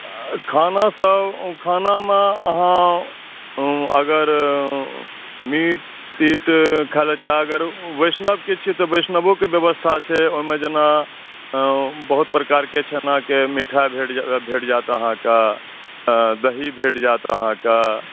खाना सब खानामे अहाँ अगर मीट तीट खाय लऽ चाहबै अगर वैष्णव के छियै तऽ वैष्णवो के व्यवस्था छै ओहिम बहुत प्रकार के छेना के मिठाइ भेट जायत अहाँकेॅं दही भेट जायत अहाँकेॅं